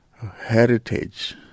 heritage